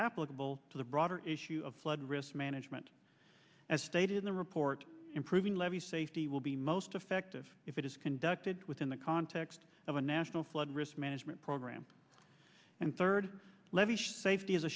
applicable to the broader issue of flood risk management as stated in the report improving levee safety will be most effective if it is conducted within the context of a national flood risk management program and third levee safety is a